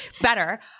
better